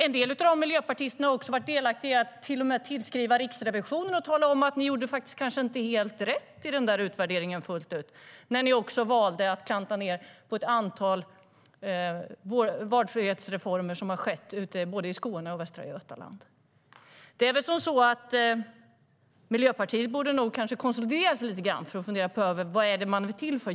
En del av miljöpartisterna har till och med också varit delaktiga i att tillskriva Riksrevisionen och säga: Ni gjorde kanske inte helt rätt i den där utvärderingen, när ni också valde att klanka ned på ett antal valfrihetsreformer som har gjorts både i Skåne och i Västra Götaland.Miljöpartiet borde nog konsolidera sig lite grann och fundera över vad man är för.